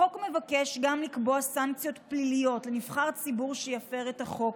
החוק מבקש לקבוע גם סנקציות פליליות לנבחר ציבור שיפר את החוק,